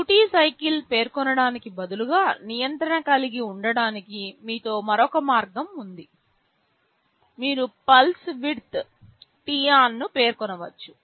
duty cycle పేర్కొనడానికి బదులుగా నియంత్రణ కలిగి ఉండటానికి మీతో మరొక మార్గం ఉంది మీరు పల్స్ విడ్త్ t on ను పేర్కొనవచ్చు